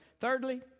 thirdly